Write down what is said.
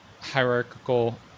hierarchical